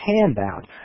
handout